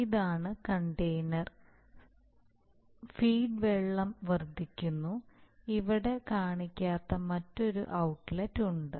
ഇതാണ് container feed വെള്ളം വർദ്ധിക്കുന്നു ഇവിടെ കാണിക്കാത്ത മറ്റൊരു ഔട്ട്ലെറ്റ് ഉണ്ട്